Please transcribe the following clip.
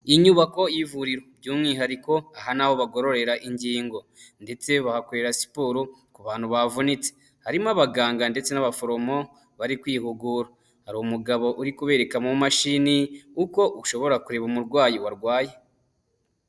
Inyubako y'ivuriro by'umwihariko aha n'aho bagororera ingingo ndetse bahakorera siporo ku bantu bavunitse. Harimo abaganga ndetse n'abaforomo bari kwihugura, hari umugabo uri kubereka mu mashini uko ushobora kureba umurwayi warwaye.